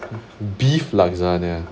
beef lasagna